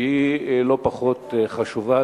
שהיא לא פחות חשובה,